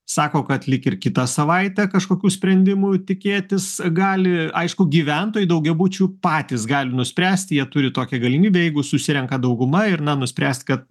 sako kad lyg ir kitą savaitę kažkokių sprendimų tikėtis gali aišku gyventojai daugiabučių patys gali nuspręsti jie turi tokią galimybę jeigu susirenka dauguma ir na nuspręst kad